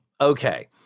Okay